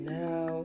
now